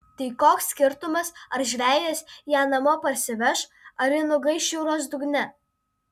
tai koks skirtumas ar žvejas ją namo parsiveš ar ji nugaiš jūros dugne